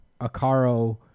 Akaro